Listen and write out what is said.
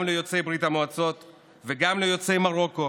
ליוצאי ברית המועצות וגם ליוצאי מרוקו